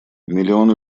миллионы